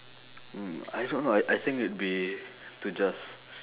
mm I don't know I I think it would be to just